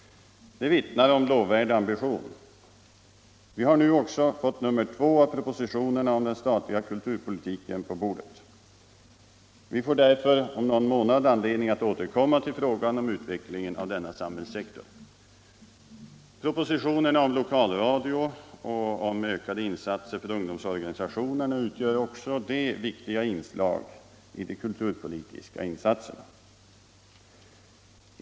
Det vittnar om lovvärd ambition. Vi har nu också fått nr 2 av propositionerna om den statliga kulturpolitiken på bordet. Vi får därför om någon månad anledning att återkomma till frågan om utvecklingen av denna samhällssektor. Propositionerna om lokalradio och om ökade insatser för ungdomsorganisationerna utgör också de viktiga inslag i de kulturpolitiska insatserna.